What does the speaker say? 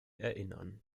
erinnern